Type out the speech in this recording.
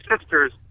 sisters